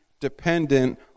dependent